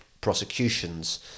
prosecutions